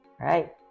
Right